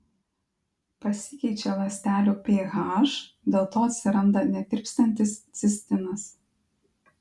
pasikeičia ląstelių ph dėl to atsiranda netirpstantis cistinas